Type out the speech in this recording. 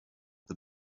the